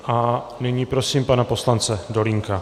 A nyní prosím pana poslance Dolínka.